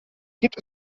gibt